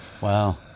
wow